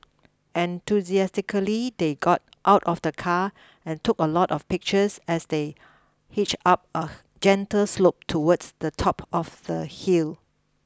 enthusiastically they got out of the car and took a lot of pictures as they hitched up a gentle slope towards the top of the hill